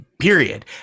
period